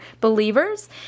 believers